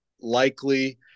likely